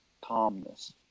calmness